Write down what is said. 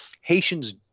haitians